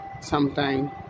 sometime